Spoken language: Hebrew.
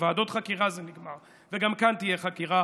בוועדות חקירה זה נגמר, וגם כאן תהיה חקירה